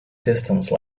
distance